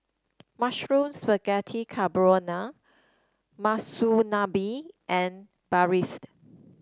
Mushroom Spaghetti Carbonara Monsunabe and Barfi